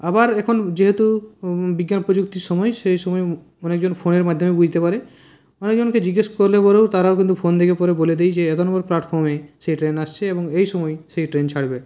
আবার এখন যেহেতু বিজ্ঞান প্রযুক্তির সময় সেই সময় অনেকজন ফোনের মাধ্যমে বুঝতে পারে অনেকজনকে জিজ্ঞেস করলে পরেও তারাও কিন্তু ফোন দেখে পরে বলে দেয় যে এত নম্বর প্ল্যাটফর্মে সেই ট্রেন আসছে এবং এই সময় সেই ট্রেন ছাড়বে